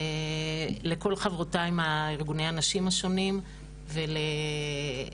לכל חברותי מארגוני הנשים השונים ודוקטור